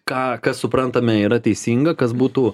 ką kas suprantame yra teisinga kas būtų